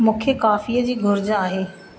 मूंखे कॉफ़ी जी घुरिजि आहे